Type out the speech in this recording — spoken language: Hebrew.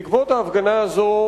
בעקבות ההפגנה הזו,